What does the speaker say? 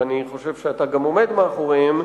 ואני חושב שאתה גם עומד מאחוריהם,